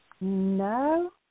No